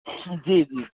جی جی